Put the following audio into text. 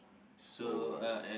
so